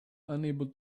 unable